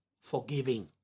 forgiving